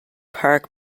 park